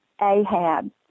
Ahab